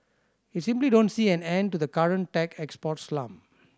I simply don't see an end to the current tech export slump